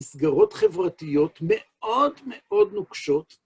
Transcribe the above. מסגרות חברתיות מאוד מאוד נוקשות.